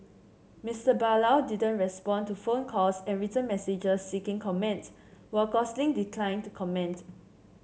Mister Barlow didn't respond to phone calls and written messages seeking comment while Gosling declined to comment